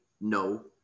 No